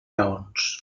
raons